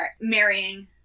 marrying